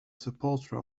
supporter